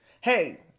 Hey